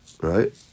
Right